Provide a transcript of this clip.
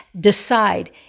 decide